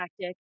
tactic